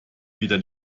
wieder